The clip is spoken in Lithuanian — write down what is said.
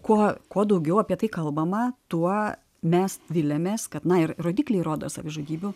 kuo kuo daugiau apie tai kalbama tuo mes viliamės kad na ir rodikliai rodo savižudybių